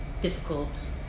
difficult